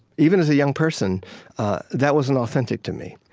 even as a young person that wasn't authentic to me.